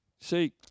see